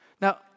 Now